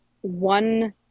one